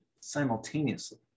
simultaneously